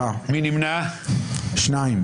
הצבעה לא אושרה ההסתייגות הוסרה.